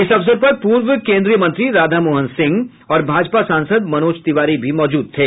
इस अवसर पर पूर्व केंद्रीय मंत्री राधामोहन सिंह और भाजपा सांसद मनोज तिवारी भी मौजूद थे